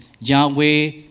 Yahweh